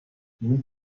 nun